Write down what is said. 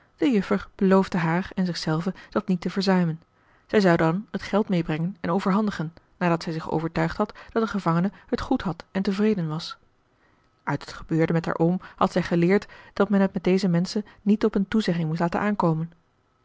beloofde haar en zich zelve dat niet te verzuimen zij zou dan het geld meêbrengen en overhandigen nadat zij zich overtuigd had dat de gevangene het goed had en tevreden was uit het gebeurde met haar oom had zij geleerd dat men het met deze menschen niet op eene toezegging moest laten aankomen